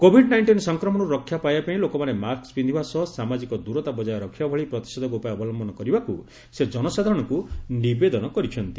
Covid nineteen ସଂକ୍ରମଣରୁ ରକ୍ଷା ପାଇବାପାଇଁ ଲୋକମାନେ ମାସ୍କ ପିନ୍ଧିବା ସହ ସାମାଜିକ ଦୂରତା ବଜାୟ ରଖିବା ଭଳି ପ୍ରତିଷେକ୍ଷକ ଉପାୟ ଅବଲମ୍ଭନ କରିବାକୁ ସେ ଜନସାଧାରଣଙ୍କୁ ନିବେଦନ କରିଛନ୍ତି